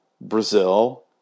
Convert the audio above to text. Brazil